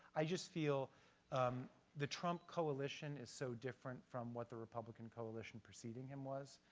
i just feel um the trump coalition is so different from what the republican coalition preceding him was.